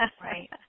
Right